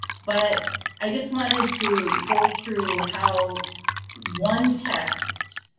but i just wanted to go through how one text,